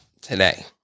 today